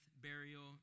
burial